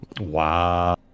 Wow